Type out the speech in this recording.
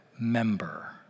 member